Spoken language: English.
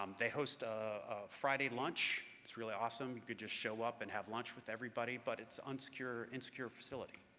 um they host a friday lunch it's really awesome, you could just show up and have lunch with everybody but it's ah insecure insecure facility.